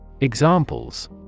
Examples